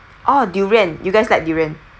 orh durian you guys like durian